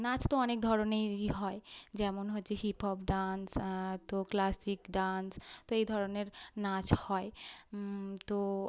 নাচ তো অনেক ধরনেরই হয় যেমন হচ্ছে হিপ হপ ডান্স তো ক্লাসিক ডান্স তো এই ধরনের নাচ হয় তো